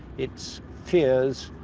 its fears,